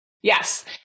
Yes